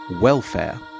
welfare